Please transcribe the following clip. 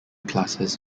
classes